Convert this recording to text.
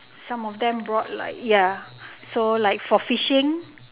some of them brought like ya so like for fishing